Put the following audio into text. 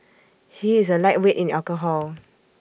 he is A lightweight in alcohol